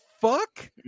fuck